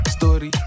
Story